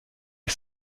est